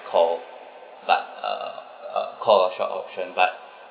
call but uh a call of short option but